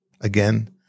Again